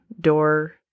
door